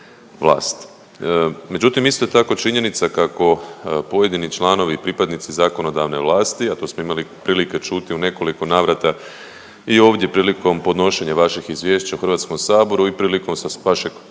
Međutim isto je tako činjenica kako pojedini članovi pripadnici zakonodavne vlasti, a to smo imali prilike čuti u nekoliko navrata i ovdje prilikom podnošenja vaših izvješća u Hrvatskom saboru i prilikom vašeg nazovimo